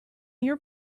your